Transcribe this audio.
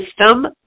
System